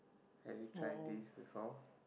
have you tried this before